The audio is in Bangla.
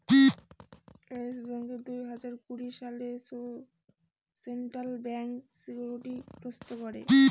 ইয়েস ব্যাঙ্ককে দুই হাজার কুড়ি সালে সেন্ট্রাল ব্যাঙ্ক সিকিউরিটি গ্রস্ত করে